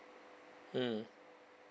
mm